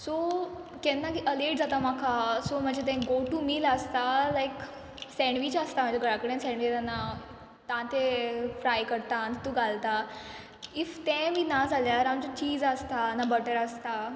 so केन्ना late जाता म्हाका सो म्हाजें तें गो टू मील आसता लायक सँडवीच आसता म्हाजे घरा कडेन सँडवीच तेन्ना हांव तांतें फ्राय करता आन तितू घालता ईफ तें बी ना जाल्यार आमचे चीज आसता ना बटर आसता